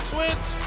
Twins